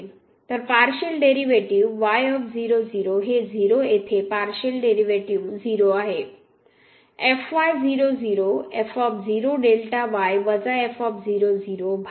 तर partial derivative y हे 0 येथे पार्शिअल डेरिव्हेटिव्ह 0 आहे